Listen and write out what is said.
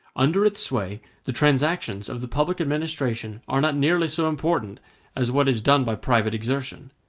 under its sway the transactions of the public administration are not nearly so important as what is done by private exertion.